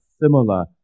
similar